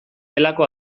delako